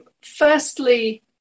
Firstly